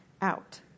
out